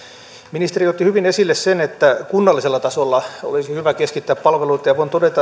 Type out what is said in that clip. ministeri otti hyvin esille sen että kunnallisella tasolla olisi hyvä keskittää palveluita ja voin todeta